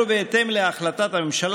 אני ממש מופתע מהחלטתך,